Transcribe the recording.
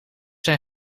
zijn